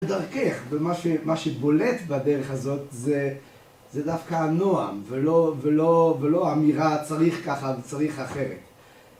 בדרכך, ומה שבולט בדרך הזאת, זה דווקא הנועם, ולא אמירה צריך ככה וצריך אחרת.